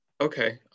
Okay